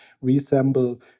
resemble